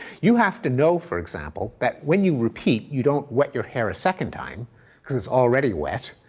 you have to know, for example, that when you repeat, you don't wet your hair a second time because its already wet,